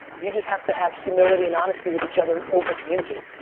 you just have to have humility and honesty with each other and over communicate,